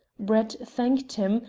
brett thanked him,